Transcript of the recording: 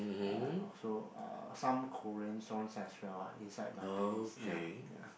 uh also uh some Korean songs as well inside my playlist ya